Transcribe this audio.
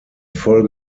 voll